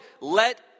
Let